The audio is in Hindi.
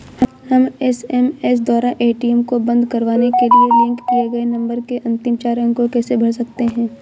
हम एस.एम.एस द्वारा ए.टी.एम को बंद करवाने के लिए लिंक किए गए नंबर के अंतिम चार अंक को कैसे भर सकते हैं?